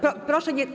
Proszę nie.